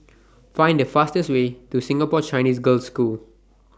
Find The fastest Way to Singapore Chinese Girls' School